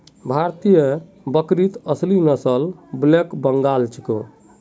भारतीय बकरीत असली नस्ल ब्लैक बंगाल छिके